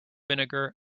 vinegar